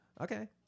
Okay